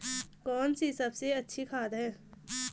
कौन सी सबसे अच्छी खाद है?